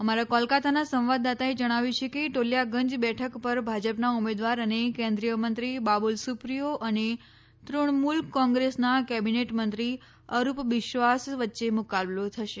અમારા કોલકાતાના સંવાદદાતા જણાવ્યું છે કે ટોલીયાગંજ બેઠક પર ભાજપના ઉમેદવાર અને કેન્દ્રીય મંત્રી બાબુલ સુપ્રિયો અને તૃણમુલ કોંગ્રેસના કેબિનેત મંત્રી અરૂપ બિશ્વાસ વચ્ચે મુકાબલો થશે